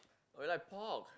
oh you like pork